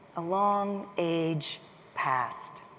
a long age passed,